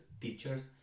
teachers